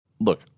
look